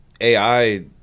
AI